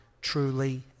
truly